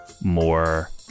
more